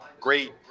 great